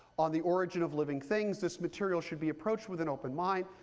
on the origin of living things. this material should be approached with an open mind,